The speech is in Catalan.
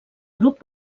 grup